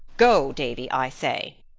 go, davy, i say.